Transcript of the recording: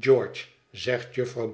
george zegt jufvrouw